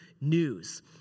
news